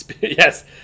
Yes